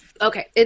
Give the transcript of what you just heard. okay